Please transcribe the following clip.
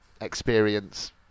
experience